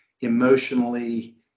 emotionally